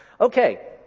Okay